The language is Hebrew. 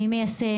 מי מיישם?